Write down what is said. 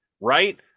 right